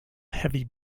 heavy